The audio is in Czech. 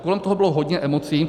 Kolem toho bylo hodně emocí.